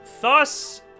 Thus